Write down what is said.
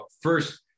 first